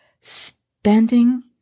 spending